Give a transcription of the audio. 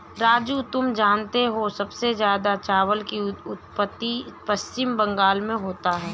राजू तुम जानते हो सबसे ज्यादा चावल की उत्पत्ति पश्चिम बंगाल में होती है